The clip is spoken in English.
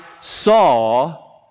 saw